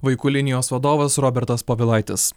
vaikų linijos vadovas robertas povilaitis